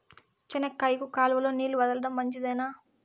చెనక్కాయకు కాలువలో నీళ్లు వదలడం మంచిదేనా?